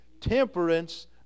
temperance